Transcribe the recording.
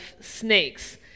snakes